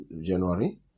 January